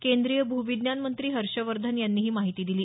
केंद्रीय भूविज्ञानमंत्री हर्षवर्धन यांनी ही माहिती दिली